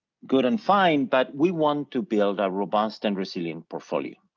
good and fine but we want to build a robust and resilient portfolio.